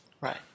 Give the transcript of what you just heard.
Right